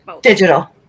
digital